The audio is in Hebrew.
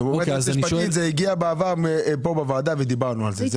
אז אומרת היועצת המשפטית זה הגיע בעבר פה בוועדה ודיברנו על זה.